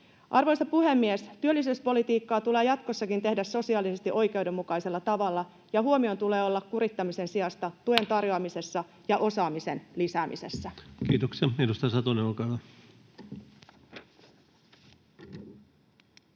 Arvoisa puhemies! Työllisyyspolitiikkaa tulee jatkossakin tehdä sosiaalisesti oikeudenmukaisella tavalla, ja huomion tulee olla kurittamisen sijasta tuen tarjoamisessa ja osaamisen lisäämisessä. [Speech 97] Speaker: